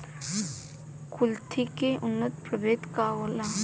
कुलथी के उन्नत प्रभेद का होखेला?